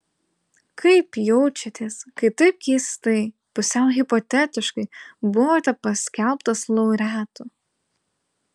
kaip jaučiatės kai taip keistai pusiau hipotetiškai buvote paskelbtas laureatu